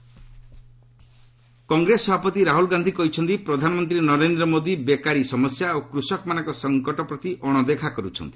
କଂଗ୍ରେସ ରାହ୍ୱଲ୍ କଂଗ୍ରେସ ସଭାପତି ରାହୁଲ୍ ଗାନ୍ଧି କହିଛନ୍ତି ପ୍ରଧାନମନ୍ତ୍ରୀ ନରେନ୍ଦ୍ର ମୋଦି ବେକାରୀ ସମସ୍ୟା ଓ କୃଷକମାନଙ୍କ ସଙ୍କଟ ପ୍ରତି ଅଶଦେଖା କରୁଛନ୍ତି